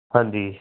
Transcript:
ਹਾਂਜੀ